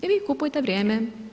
I vi kupujete vrijeme.